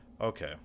Okay